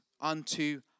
unto